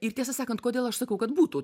ir tiesą sakant kodėl aš sakau kad būtų